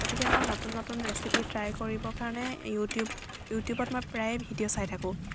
গতিকে মই নতুন নতুন ৰেচিপি ট্ৰাই কৰিব কাৰণে ইউটিউব ইউটিউবত মই প্ৰায়ে ভিডিঅ' চাই থাকোঁ